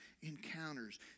encounters